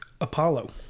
Apollo